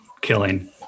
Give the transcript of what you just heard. killing